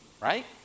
right